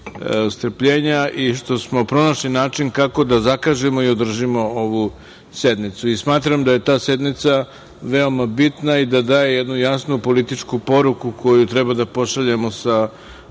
i što smo pronašli način kako da zakažemo i održimo ovu sednicu. Smatram da je ta sednica veoma bitna i da daje jednu jasnu političku poruku koju treba da pošaljemo sa